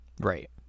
Right